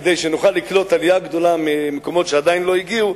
כדי שנוכל לקלוט עלייה גדולה ממקומות שעדיין לא הגיעו,